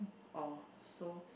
oh so